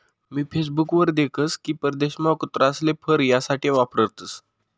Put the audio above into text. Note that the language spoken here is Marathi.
मी फेसबुक वर देख की परदेशमा कुत्रासले फर यासाठे वापरतसं